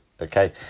okay